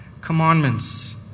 commandments